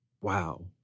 wow